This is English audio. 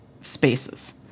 spaces